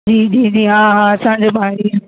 जी जी जी हा हा असांजो ॿारु इअं